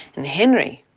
and henry,